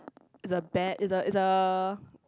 is a bet is a is a